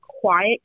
quiet